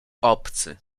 obcy